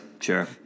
sure